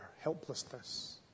helplessness